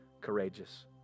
courageous